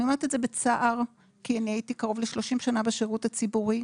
אני אומרת את זה בצער כי אני הייתי קרוב ל-30 שנה בשירות הציבורי,